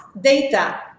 data